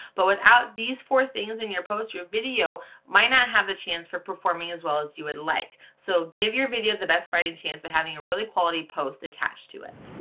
but without these four things in your post, your video might not have the chance for performing as well as you would like. so give your video the best fighting chance by but having a really quality post attached to it.